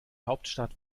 hauptstadt